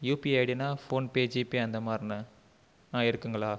UPI ஐடின்னால் PhonePe GPay அந்த மாதிரிண்ணே இருக்குதுங்களா